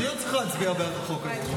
אני עוד צריך להצביע בעד החוק הזה.